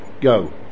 go